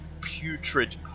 putrid